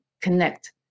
connect